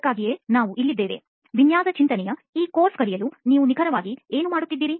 ಅದಕ್ಕಾಗಿಯೇ ನಾವು ಇಲ್ಲಿದ್ದೇವೆ ವಿನ್ಯಾಸ ಚಿಂತನೆಯ ಈ ಕೋರ್ಸ್ ಕಲಿಸಲು ನೀವು ನಿಖರವಾಗಿ ಏನು ಮಾಡುತ್ತಿದ್ದೀರಿ